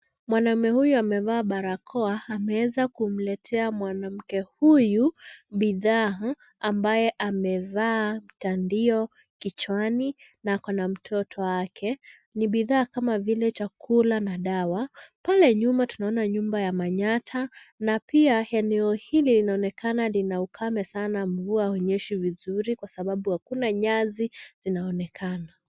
Mwanaume huyu amevaa barakoa ameweza kumletea mwanamke huyu bidhaa ambaye amevaa tandio kichwani na akona mtoto wake ni bidhaa kama vile chakula na dawa. Pale nyuma tunaona nyumba ya manyatta na pia eneo hili linaonekana lina ukame sana mvua hunyeshi vizuri kwa sababu hakuna nyasi zinaonekana.